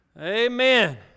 Amen